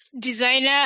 designer